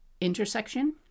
intersection